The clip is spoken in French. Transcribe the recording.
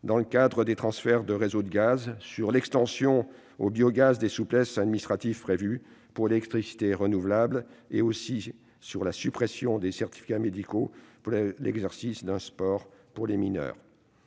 dans le cadre des transferts de réseaux de gaz ; sur l'extension au biogaz des souplesses administratives prévues pour l'électricité renouvelable ; et aussi sur la suppression des certificats médicaux pour l'exercice d'un sport par les mineurs.